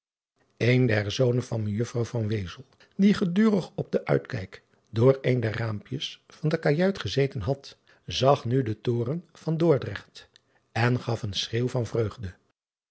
en der zonen van ejuffrouw die gedurig op den uitkijk door een der raampjes van de kajuit gezeten had zag nu den toren van ordrecht en gaf een schreeuw van vreugde